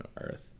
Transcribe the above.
Earth